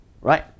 Right